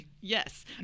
Yes